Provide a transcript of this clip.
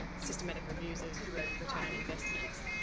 systematic reviews of return on investments,